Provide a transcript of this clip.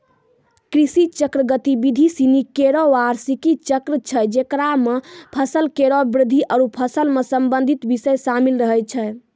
कृषि चक्र गतिविधि सिनी केरो बार्षिक चक्र छै जेकरा म फसल केरो वृद्धि आरु फसल सें संबंधित बिषय शामिल रहै छै